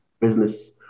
business